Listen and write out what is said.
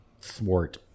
thwart